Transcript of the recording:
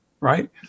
right